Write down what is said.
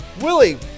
Willie